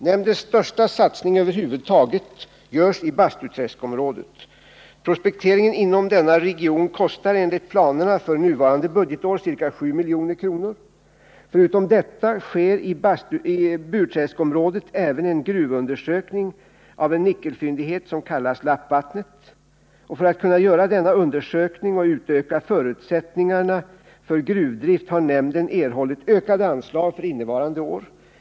Nämndens största satsning över huvud taget görs i Bastuträskområdet. Prospekteringen inom denna region kostar enligt planerna för nuvarande budgetår ca 7 milj.kr. Förutom detta sker i Burträskområdet en gruvundersökning av en nickelfyndighet som kallas Lappvattnet. För att kunna göra denna undersökning och för att öka förutsättningarna för gruvdrift har nämnden erhållit ökade anslag för innevarande år.